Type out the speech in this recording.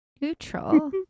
Neutral